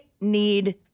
need